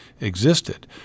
existed